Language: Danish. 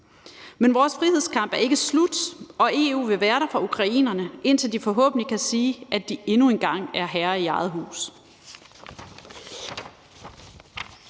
Men vores frihedskamp er ikke slut, og EU vil være der for ukrainerne, indtil de forhåbentlig kan sige, at de endnu en gang er herre i eget hus.